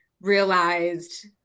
realized